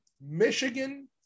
Michigan